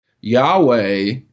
Yahweh